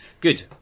Good